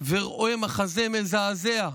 ורואה מחזה מזעזע,